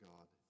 God